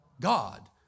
God